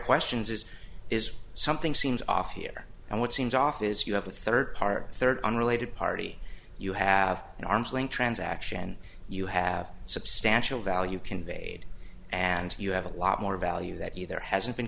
questions is is something seems off here and what seems off is you have a third party third unrelated party you have an arm's length transaction you have substantial value conveyed and you have a lot more value that either hasn't been